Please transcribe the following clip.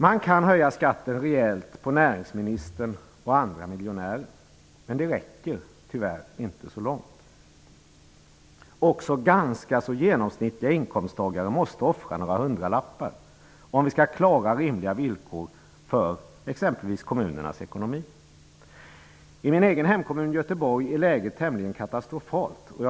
Man kan höja skatten rejält för näringsministern och andra miljonärer, men det räcker tyvärr inte långt. Också ganska så genomsnittliga inkomsttagare måste offra några hundralappar om vi skall klara rimliga villkor för exempelvis kommunernas ekonomi.